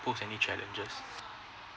post any challenges